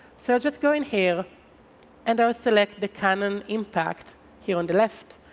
so just going here and i will select the canon impact here on the left,